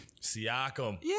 Siakam